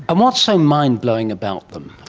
and what's so mind blowing about them,